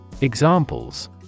Examples